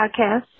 podcast